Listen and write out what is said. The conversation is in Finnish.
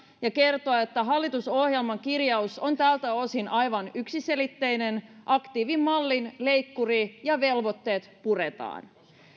ja kertoa että hallitusohjelman kirjaus on tältä osin aivan yksiselitteinen aktiivimallin leikkuri ja velvoitteet puretaan